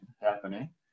happening